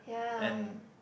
and